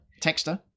Texture